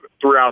throughout